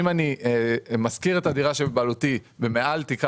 אם אני משכיר את הדירה שבבעלותי במעל תקרת